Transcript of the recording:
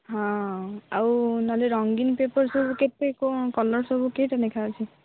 ହଁ ଆଉ ନହେଲେ ରଙ୍ଗିନ୍ ପେପର୍ ସବୁ କେତେ କ'ଣ କଲର୍ ସବୁ କେଇଟା ଲେଖାଁ ଅଛି